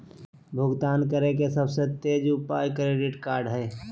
भुगतान करे के सबसे तेज उपाय क्रेडिट कार्ड हइ